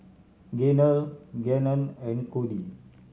Gaynell Gannon and Kody